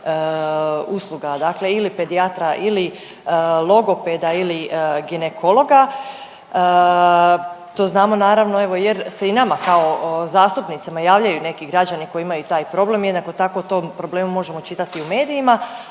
usluga, dakle ili pedijatra ili logopeda ili ginekologa. To znamo naravno evo jer se i nama kao zastupnicama javljaju neki građani koji imaju taj problem. Jednako tako o tom problemu možemo čitati u medijima,